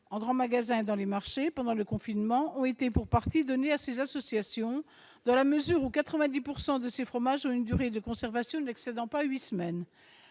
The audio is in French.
en grands magasins et sur les marchés pendant le confinement, ont été pour partie donnés à ces associations, dans la mesure où 90 % de ces fromages ont une durée de conservation n'excédant pas huit semaines.